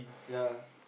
yeah